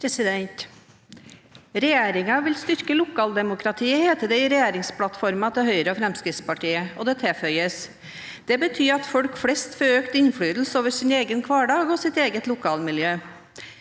Regjeringen vil styr- ke lokaldemokratiet, heter det i regjeringsplattformen til Høyre og Fremskrittspartiet, og det tilføyes: «Det betyr at folk flest får økt innflytelse over sin egen hverdag og sitt eget lokalmiljø.»